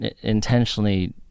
intentionally